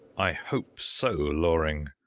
i hope so, loring.